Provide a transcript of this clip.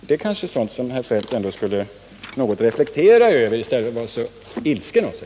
Det kanske är sådant som herr Feldt ändå borde något reflektera över i stället för att vara så ilsken av sig.